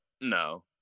no